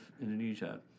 Indonesia